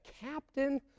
captain